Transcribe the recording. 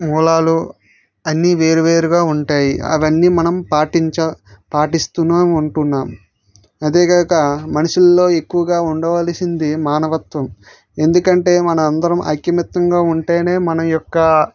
మూలాలు అన్నీ వేరువేరుగా ఉంటాయి అవన్నీ మనం పాటించ పాటిస్తున్నాం అంటున్నాం అదేకాక మనుషులలో ఎక్కువగా ఉండవలసింది మానవత్వం ఎందుకంటే మనంం అందరం ఐకమత్యంగా ఉంటే మన యొక్క